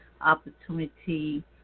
opportunity